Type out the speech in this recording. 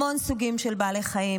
המון סוגים של בעלי חיים,